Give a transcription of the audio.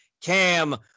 Cam